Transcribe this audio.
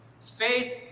faith